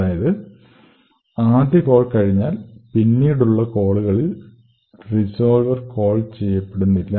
അതായത് യഥാർഥ ഫങ്ഷൻ പിന്നീട് കോൾ ചെയ്യപ്പെടുമ്പോഴൊന്നും റിസോൾവെർ കോൾ ചെയ്യപ്പെടുന്നില്ല